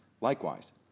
Likewise